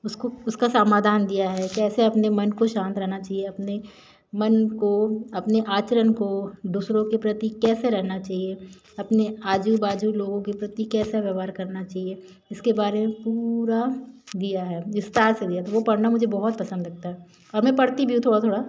उसको उसका समाधान दिया है कैसे अपने मन को शांत रहना चाहिए अपने मन को अपने आचरण को दूसरों के प्रति कैसे रहना चाहिए अपने आज़ू बाज़ू लोगों के प्रति कैसा व्यवहार करना चाहिए इसके बारे में पूरा दिया है विस्तार से दिया है तो वह पढ़ना मुझे बहुत पसंद लगता है और मैं पढ़ती भी हूँ थोड़ा थोड़ा